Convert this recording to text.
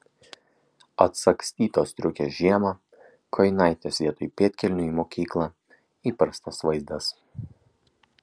atsagstytos striukės žiemą kojinaitės vietoj pėdkelnių į mokyklą įprastas vaizdas